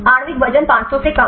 आण्विक वजन 500 से कम